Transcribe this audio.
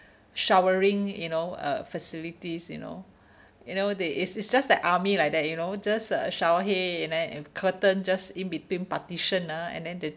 showering you know uh facilities you know you know they it's it's just like army like that you know just uh shower head and then curtain just in between partition ah and then the